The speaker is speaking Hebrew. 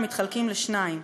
מתחלקים לשניים: